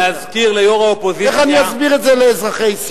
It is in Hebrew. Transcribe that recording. איך אני אסביר את זה לאזרחי ישראל?